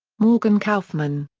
morgan kaufmann.